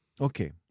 okay